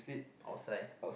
outside